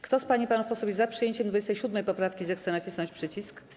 Kto z pań i panów posłów jest za przyjęciem 27. poprawki, zechce nacisnąć przycisk.